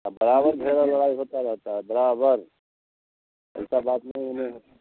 अब बराबर घर में लड़ाई होता रहता है बराबर